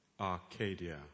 Arcadia